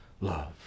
love